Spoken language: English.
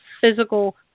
physical